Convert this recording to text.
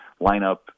lineup